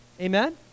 Amen